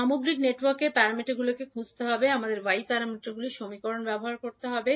সামগ্রিক নেটওয়ার্কের y প্যারামিটারগুলি খুঁজতে আমাদের y প্যারামিটার সমীকরণগুলি ব্যবহার করতে হবে